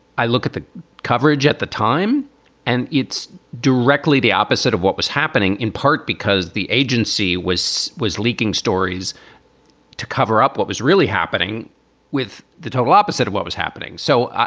i look at the coverage at the time and it's directly the opposite of what was happening, in part because the agency was was leaking stories to cover up what was really happening with the total opposite of what was happening. so.